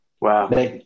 Wow